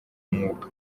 mwuga